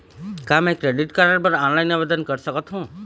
का मैं credit card बर ऑनलाइन आवेदन कर सकथों?